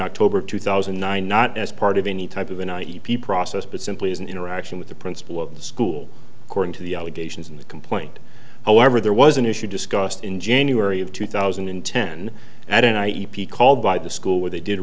october two thousand and nine not as part of any type of an i e p process but simply as an interaction with the principal of the school according to the allegations in the complaint however there was an issue discussed in january of two thousand and ten and i e p called by the school where they did